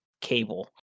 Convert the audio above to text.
cable